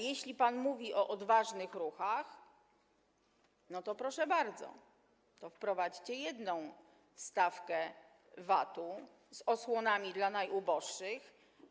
Jeśli pan mówi o odważnych ruchach, to proszę bardzo, wprowadźcie jedną stawkę VAT-u z osłonami dla najuboższych.